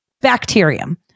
bacterium